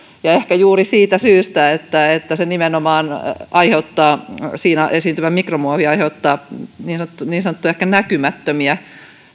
ja ehkä juuri siitä syystä että että nimenomaan siinä esiintyvä mikromuovi aiheuttaa niin sanottuja näkymättömiä